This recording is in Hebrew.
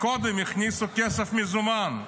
קודם הכניסו כסף מזומן,